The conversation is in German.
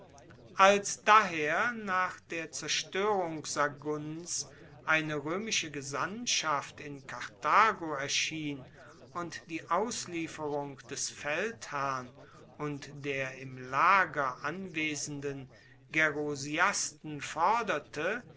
als daher nach der zerstoerung sagunts eine roemische gesandtschaft in karthago erschien und die auslieferung des feldherrn und der im lager anwesenden gerusiasten forderte